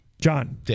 John